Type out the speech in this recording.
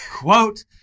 Quote